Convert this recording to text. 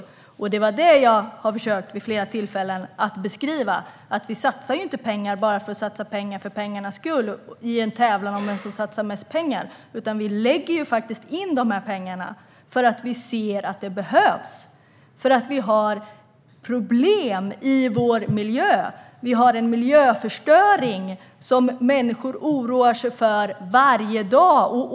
Jag har vid flera tillfällen försökt beskriva att vi inte satsar pengar bara för pengasatsandets skull i en tävlan om vem som satsar mest pengar, utan vi lägger faktiskt in de här pengarna för att vi ser att de behövs eftersom vi har problem i vår miljö. Människor oroar sig varje dag för miljöförstöringen.